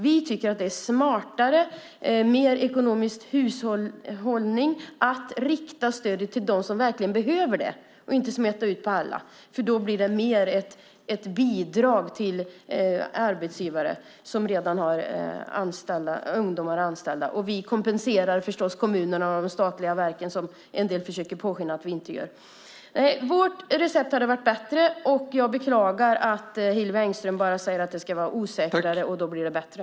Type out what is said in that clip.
Vi tycker att det är smartare och en bättre ekonomisk hushållning att rikta stödet till dem som verkligen behöver det och inte smeta ut till alla, för det blir mer ett bidrag till arbetsgivare som redan har ungdomar anställda. Och vi kompenserar förstås kommunerna och de statliga verken som en del försöker påskina att vi inte gör. Vårt recept hade varit bättre. Jag beklagar att Hillevi Engström bara säger att det ska vara osäkrare, för då blir det bättre.